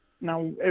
now